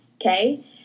okay